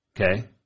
okay